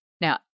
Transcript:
Now